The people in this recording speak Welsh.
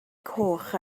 coch